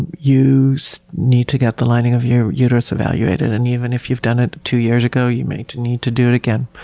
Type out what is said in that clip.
you you so need to get the lining of your uterus evaluated, and even if you've done it two years ago you may need to do it again.